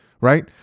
right